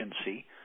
agency